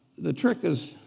the trick is,